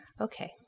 Okay